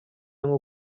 nko